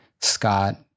Scott